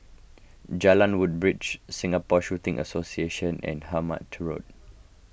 Jalan Woodbridge Singapore Shooting Association and Hemmant Road